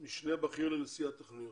משנה בכיר לנשיא הטכניון,